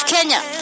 Kenya